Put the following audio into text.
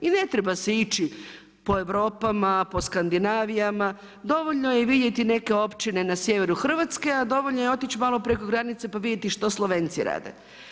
I ne treba se ići po Europama, po Skandinavijama, dovoljno je vidjeti i neke općine na sjeveru Hrvatske a dovoljno je i otići malo preko granice, pa vidjeti što Slovenci rade.